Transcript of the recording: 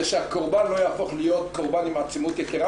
שהקורבן לא יהפוך להיות קורבן עם עצימות יתרה.